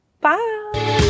bye